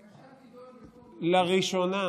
הבקשה תידון בכובד ראש.